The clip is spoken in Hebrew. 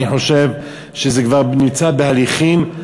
אני חושב שזה כבר נמצא בהליכים.